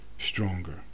stronger